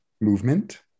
movement